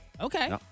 Okay